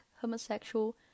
homosexual